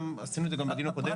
עשינו את זה גם בדיון הקודם.